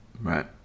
Right